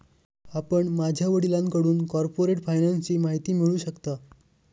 आपण माझ्या वडिलांकडून कॉर्पोरेट फायनान्सची माहिती मिळवू शकता